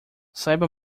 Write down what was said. saiba